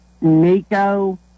Nico